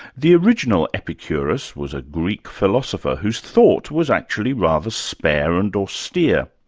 the original epicurus was a greek philosopher whose thought was actually rather spare and austere.